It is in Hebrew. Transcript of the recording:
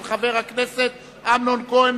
של חבר הכנסת אמנון כהן,